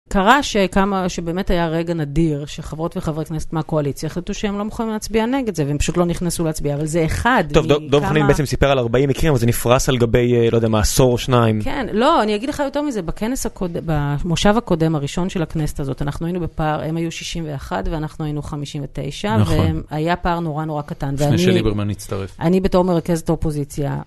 קרה שכמה שבאמת היה רגע נדיר שחברות וחברי כנסת מהקואליציה החליטו שהם לא מוכנים להצביע נגד זה והם פשוט לא נכנסו להצביע, אבל זה אחד. טוב, דוב חנין בעצם סיפר על 40 מקרים, אבל זה נפרס על גבי, לא יודע, מה, עשור או שניים. כן, לא, אני אגיד לך יותר מזה, בכנס הקודם, במושב הקודם הראשון של הכנסת הזאת, אנחנו היינו בפער, הם היו 61 ואנחנו היינו 59, והם... והיה פער נורא נורא קטן, ואני... לפני שליברמן נצטרף. אני בתור מרכזת האופוזיציה,